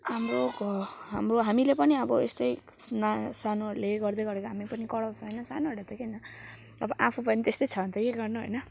हाम्रो घर हाम्रो हामीले पनि अब यस्तैमा सानोहरूले गर्दैगरेको हामी पनि कराउँछ होइन सानोहरूले त केही होइन अब आफू पनि त्यस्तै छ भने त के गर्नु होइन